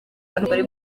n’umugore